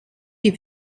die